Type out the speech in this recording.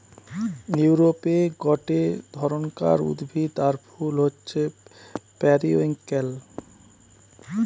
ইউরোপে গটে ধরণকার উদ্ভিদ আর ফুল হচ্ছে পেরিউইঙ্কেল